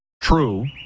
true